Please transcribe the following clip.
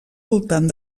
voltant